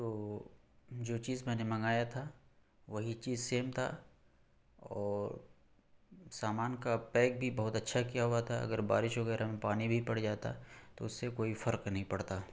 تو جو چیز میں نے منگایا تھا وہی چیز سیم تھا اور سامان کا پیک بھی بہت اچھا کیا ہوا تھا اگر بارش وغیرہ میں پانی بھی پڑ جاتا تو اس سے کویٔی فرق نہیں پڑتا